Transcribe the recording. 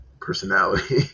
personality